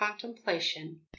contemplation